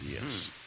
Yes